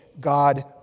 God